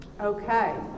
Okay